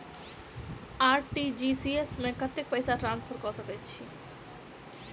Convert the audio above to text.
RTGS मे कतेक पैसा ट्रान्सफर कऽ सकैत छी?